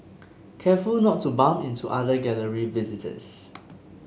careful not to bump into other Gallery visitors